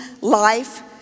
life